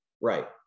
Right